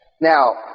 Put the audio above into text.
Now